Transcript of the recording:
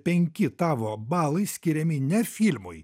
penki tavo balai skiriami ne filmui